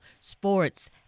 Sports